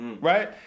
Right